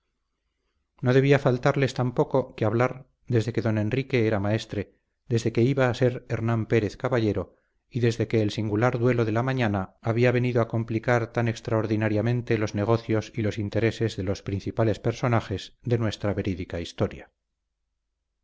no debía faltarles tampoco que hablar desde que don enrique era maestre desde que iba a ser hernán pérez caballero y desde que el singular duelo de la mañana había venido a complicar tan extraordinariamente los negocios y los intereses de los principales personajes de nuestra verídica historia